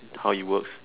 how it works